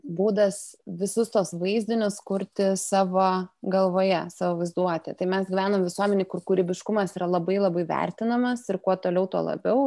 būdas visus tuos vaizdinius kurti savo galvoje savo vaizduotė tai mes gyvenam visuomenėj kur kūrybiškumas yra labai labai vertinamas ir kuo toliau tuo labiau